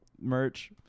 merch